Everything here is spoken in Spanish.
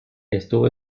estuvo